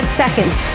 seconds